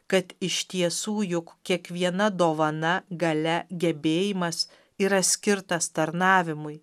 kad iš tiesų juk kiekviena dovana galia gebėjimas yra skirtas tarnavimui